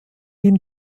ihm